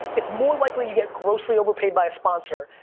it's more likely you get grossly overpaid by a sponsor,